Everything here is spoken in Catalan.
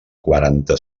quaranta